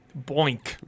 Boink